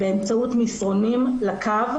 באמצעות מסרונים לקו,